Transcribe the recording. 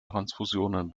transfusionen